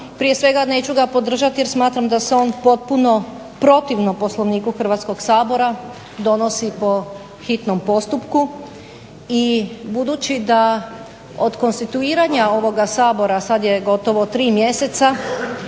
Prije svega neću ga podržati jer smatram da se on potpuno protivno Poslovniku Hrvatskoga sabora donosi po hitnom postupku i budući da od konstituiranja ovoga Sabora sad je gotovo tri mjeseca,